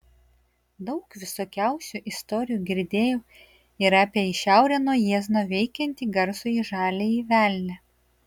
daug visokiausių istorijų girdėjau ir apie į šiaurę nuo jiezno veikiantį garsųjį žaliąjį velnią